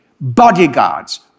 bodyguards